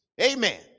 amen